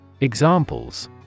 Examples